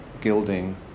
gilding